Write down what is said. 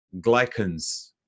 Glycans